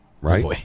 right